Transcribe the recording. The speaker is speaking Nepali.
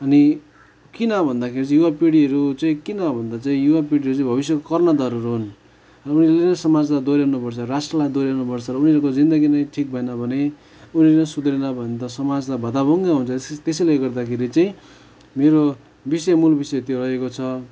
अनि किन भन्दाखेरि चाहिँ युवापिँढीहरू चाहिँ किन भन्दा चाहिँ युवापिँढीहरू चाहिँ भविष्यको कर्णधारहरू हुन् अनि यो समाजलाई डोहोऱ्याउनु पर्छ राष्ट्रलाई डोहोऱ्याउनु पर्छ उनीहरूको जिन्दगी नै ठिक भएन भने उनीहरू नै सुध्रिएन भने त समाज त भताभुङ्ग हुन्छ त्यस त्यसैले गर्दाखेरि चाहिँ मेरो विषय मूल विषय त्यो रहेको छ